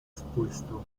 expuesto